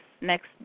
next